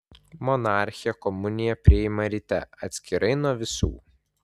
monarchė komuniją priima ryte atskirai nuo visų